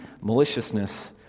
maliciousness